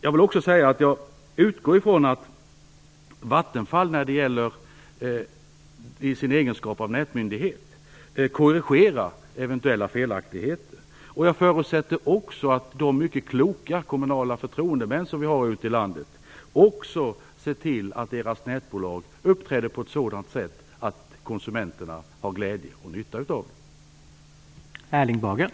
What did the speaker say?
Jag utgår ifrån att Vattenfall i egenskap av nätmyndighet korrigerar eventuella felaktigheter. Jag förutsätter också att de mycket kloka kommunala förtroendemännen ute i landet ser till att de kommunala nätbolagen uppträder på ett sådant sätt att konsumenterna har glädje och nytta av dem.